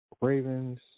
Ravens